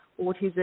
autism